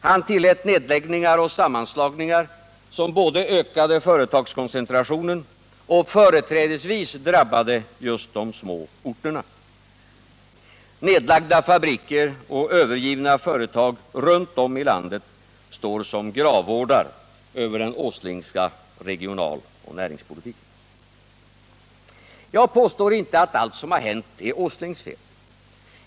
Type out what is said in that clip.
Han tillät nedläggningar och sammanslagningar, som både ökade företagskoncentrationen och företrädesvis drabbade just de små orterna. Nedlagda fabriker och övergivna företag runt om i landet står som gravvårdar över den Åslingska regionaloch näringspolitiken. Jag påstår inte att allt som hänt är Nils Åslings fel.